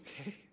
okay